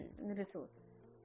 resources